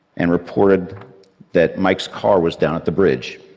and reported that mike's car was down at the bridge.